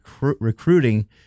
recruiting